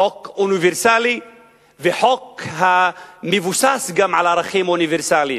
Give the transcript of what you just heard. חוק אוניברסלי וחוק המבוסס גם על ערכים אוניברסליים.